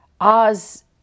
Oz